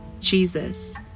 Jesus